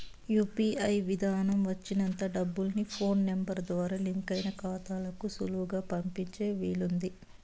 UPI విదానం వచ్చినంత డబ్బుల్ని ఫోన్ నెంబరు ద్వారా లింకయిన కాతాలకు సులువుగా పంపించే వీలయింది